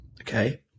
okay